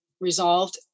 resolved